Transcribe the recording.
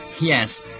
yes